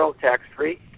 tax-free